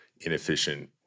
inefficient